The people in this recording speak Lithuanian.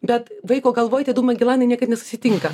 bet vaiko galvoj tie du magelanai niekad nesusitinka